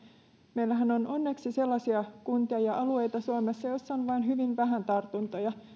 meillähän on onneksi sellaisia kuntia ja alueita suomessa joissa on vain hyvin vähän tartuntoja